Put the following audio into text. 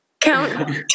Count